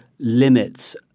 limits